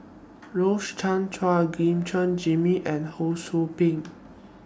Rose Chan Chua Gim Guan Jimmy and Ho SOU Ping